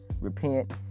repent